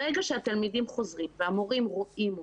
ברגע שהתלמידים חוזרים והמורים רואים אותם,